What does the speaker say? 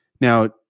Now